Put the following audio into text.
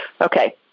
Okay